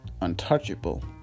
untouchable